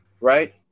right